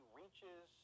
reaches